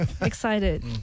excited